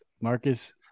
Marcus